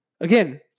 Again